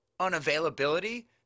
unavailability